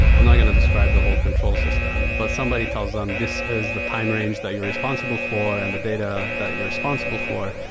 i'm not going to describe the whole control system, but somebody tells them, this is the time range that you're responsible for and the data that you're responsible for,